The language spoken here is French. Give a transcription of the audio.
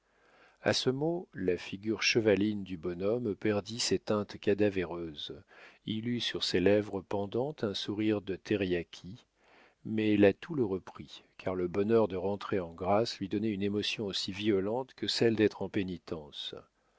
a ce mot la figure chevaline du bonhomme perdit ses teintes cadavéreuses il eut sur ses lèvres pendantes un sourire de thériaki mais la toux le reprit car le bonheur de rentrer en grâce lui donnait une émotion aussi violente que celle d'être en pénitence